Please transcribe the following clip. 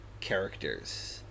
characters